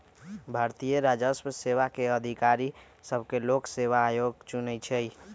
भारतीय राजस्व सेवा के अधिकारि सभके लोक सेवा आयोग चुनइ छइ